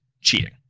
cheating